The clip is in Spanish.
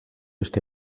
este